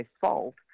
fault